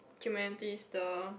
humanities the